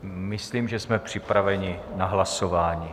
Myslím, že jsme připraveni na hlasování.